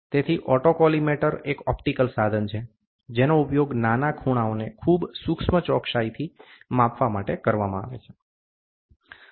તેથી ઓટોકોલીમેટર એક ઓપ્ટિકલ સાધન છે જેનો ઉપયોગ નાના ખૂણાઓને ખૂબ સૂક્ષ્મ ચોક્સાઇથી માપવા માટે કરવામાં આવે છે